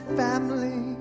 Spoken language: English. family